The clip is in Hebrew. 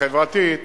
החברתית